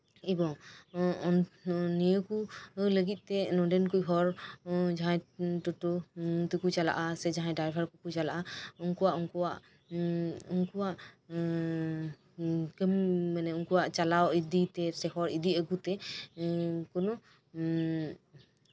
ᱮᱵᱚᱝ ᱱᱤᱭᱟᱹ ᱠᱚ ᱞᱟᱹᱜᱤᱫᱛᱮ ᱱᱚᱰᱮᱱ ᱦᱚᱲ ᱡᱟᱦᱟᱸᱭ ᱴᱳᱴᱳ ᱛᱮᱠᱚ ᱪᱟᱞᱟᱜ ᱥᱮ ᱡᱟᱦᱟᱸᱭ ᱰᱟᱭᱵᱷᱟᱨ ᱛᱮᱠᱚ ᱪᱟᱞᱟᱜᱼᱟ ᱩᱱᱠᱩᱣᱟᱜ ᱩᱱᱠᱩᱣᱟᱜ ᱦᱮᱸ ᱩᱱᱠᱩᱣᱟᱜ ᱪᱟᱞᱟᱣ ᱤᱫᱤ ᱥᱮ ᱦᱚᱲ ᱤᱫᱤ ᱟᱹᱜᱩᱛᱮ ᱠᱳᱱᱳ